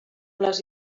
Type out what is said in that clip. les